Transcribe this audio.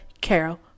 Carol